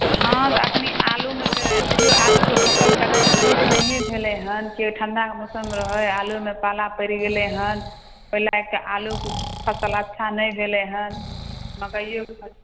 हँ एखन आलूमे तऽ बुझिऔ आलूके फसिल तऽ एखन सहीसँ नहिए भेले हँ कि ठण्डाके मौसम रहै आलूमे पाला पड़ि गेले हँ ओहि लऽ कऽ आलूके फसिल अच्छा नहि भेलै हँ मकइओके फसिल